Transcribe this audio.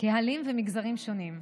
קהלים ומגזרים שונים,